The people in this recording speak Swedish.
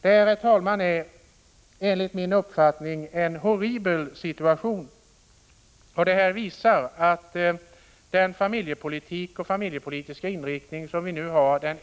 Detta, herr talman, är enligt min uppfattning en horribel situation, som visar att den familjepolitik och familjepolitiska inriktning som vi nu har är felaktig.